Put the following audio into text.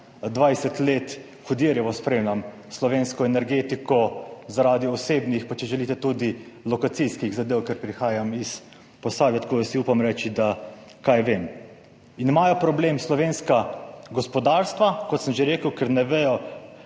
20 let hudirjevo spremljam slovensko energetiko zaradi osebnih, pa če želite tudi lokacijskih, zadev, ker prihajam iz Posavja, tako da si upam reči, da kaj vem. Slovensko gospodarstvo ima problem, kot sem že rekel, ker ne vedo,